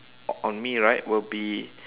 on me right will be